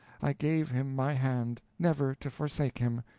i gave him my hand, never to forsake him,